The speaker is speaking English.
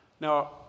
Now